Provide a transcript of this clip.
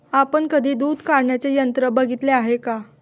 आपण कधी दूध काढण्याचे यंत्र बघितले आहे का?